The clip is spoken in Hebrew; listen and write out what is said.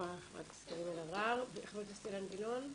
דניאל דיקשטיין,